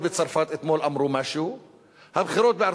הבחירות בצרפת אתמול אמרו משהו,